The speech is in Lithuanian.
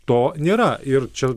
to nėra ir čia